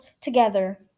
together